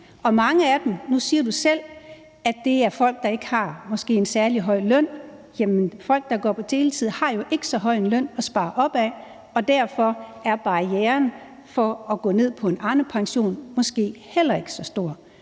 Og mange af dem – det siger du selv – er folk, der måske ikke har en særlig høj løn. Folk, der går på deltid, har jo ikke så høj en løn at spare op af, og derfor er barrieren for at gå ned på en Arnepension måske heller ikke så stor.